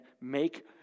make